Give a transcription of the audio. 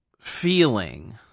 feeling